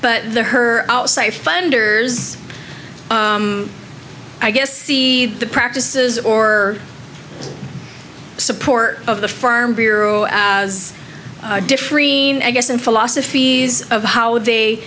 but the her outside funders i guess see the practices or support of the farm bureau as differing i guess in philosophies of how they